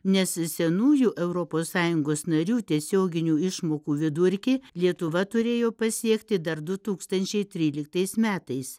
nes is senųjų europos sąjungos narių tiesioginių išmokų vidurkį lietuva turėjo pasiekti dar du tūkstančiai tryliktais metais